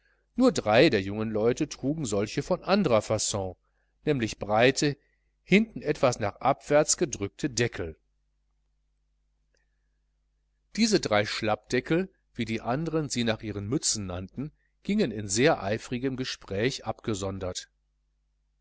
nur drei der jungen leute trugen solche von anderer faon nämlich breite hinten etwas nach abwärts gedrückte deckel diese drei schlappdeckel wie die anderen sie nach ihren mützen nannten gingen in sehr eifrigem gespräche abgesondert